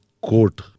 court